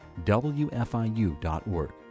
WFIU.org